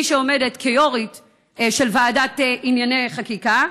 מי שעומדת כיו"רית של הוועדה לענייני חקיקה?